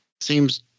seems